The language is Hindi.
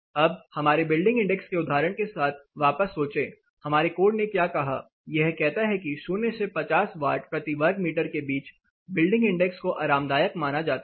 अब हमारे बिल्डिंग इंडेक्स के उदाहरण के साथ वापस सोचें हमारे कोड ने क्या कहा यह कहता है कि 0 से 50 वाट प्रति वर्ग मीटर के बीच बिल्डिंग इंडेक्स को आरामदायक माना जाता है